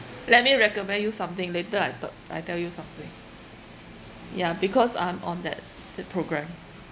let me recommend you something later I talk I tell you something ya because I'm on that that program